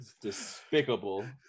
Despicable